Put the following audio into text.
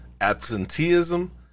absenteeism